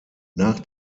nach